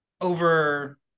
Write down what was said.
over